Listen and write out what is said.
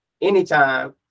anytime